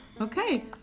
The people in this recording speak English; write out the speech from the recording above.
okay